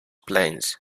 plains